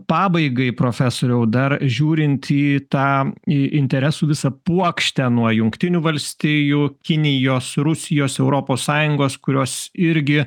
pabaigai profesoriau dar žiūrint į tą į interesų visą puokštę nuo jungtinių valstijų kinijos rusijos europos sąjungos kurios irgi